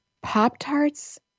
Pop-Tarts